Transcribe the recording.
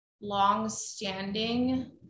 long-standing